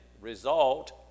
result